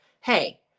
hey